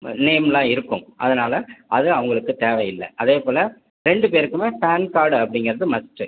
நேம்லாம் இருக்கும் அதனால் அது அவங்களுக்கு தேவையில்ல அதேப்போல் ரெண்டு பேருக்குமே பான் கார்டு அப்படிங்குறது மஸ்ட்டு